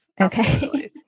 Okay